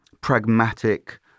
pragmatic